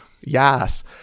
yes